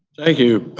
thank you,